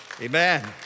Amen